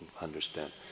understand